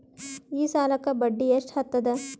ಈ ಸಾಲಕ್ಕ ಬಡ್ಡಿ ಎಷ್ಟ ಹತ್ತದ?